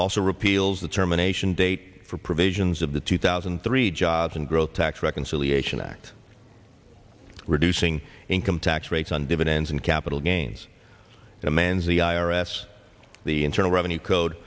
also repeals the termination date for provisions of the two thousand and three jobs and growth tax reconciliation act reducing income tax rates on dividends and capital gains demands the i r s the internal revenue code